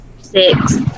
six